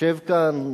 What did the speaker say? יושב כאן